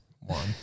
One